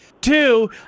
Two